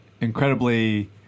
incredibly